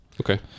Okay